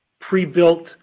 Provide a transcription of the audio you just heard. pre-built